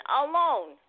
alone